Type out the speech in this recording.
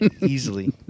easily